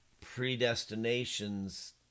predestination's